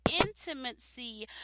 intimacy